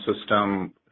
system